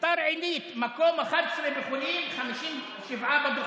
ביתר עילית, מקום 11 בחולים, 57 בדוחות.